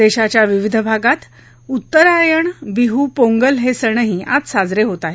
देशाच्या विविध भागात उत्तरायण बीहू पोंगल हे सणही आज साजरे होत आहेत